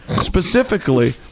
specifically